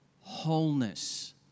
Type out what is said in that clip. wholeness